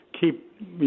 keep